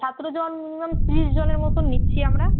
ছাত্র জন মোট তিরিশ জনের মতো নিচ্ছি আমরা